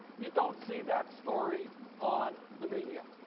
you don't see that story on the media.